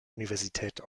universität